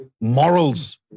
morals